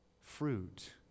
fruit